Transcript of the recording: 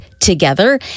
together